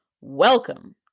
welcome